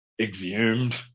exhumed